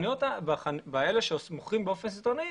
באלה שמוכרים באופן סיטונאי,